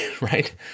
right